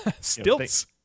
Stilts